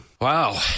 Wow